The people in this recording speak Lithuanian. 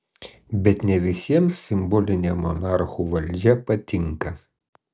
bet ne visiems simbolinė monarchų valdžia patinka